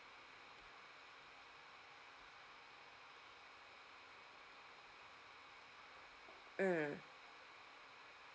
mm